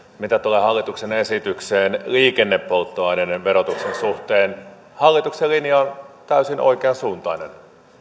mitä tulee hallituksen esitykseen liikennepolttoaineiden verotuksen suhteen hallituksen linja on täysin oikeansuuntainen